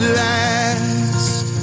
last